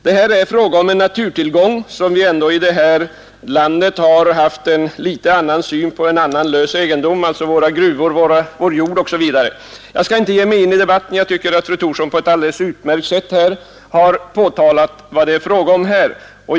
Det är här fråga om naturtillgångar, och vi har i detta land ändå haft en något annan syn på dem än på lös egendom =— det gäller gruvor, jord osv. Jag skall inte ge mig in i debatten, eftersom jag tycker att fru Thorsson på ett alideles utmärkt sätt redogjort för vad det här är fråga om.